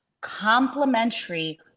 complementary